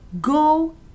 go